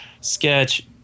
sketch